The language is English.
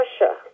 Russia